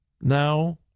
Now